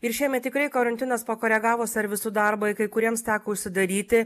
ir šiemet tikrai karantinas pakoregavo servisų darbą kai kuriems teko užsidaryti